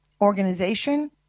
organization